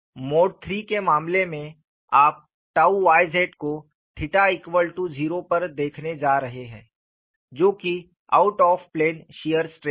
mode III के मामले में आप टाउ yz को 0 पर देखने जा रहे हैं जो कि out of plane shear stress है